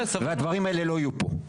והדברים האלה לא יהיו פה.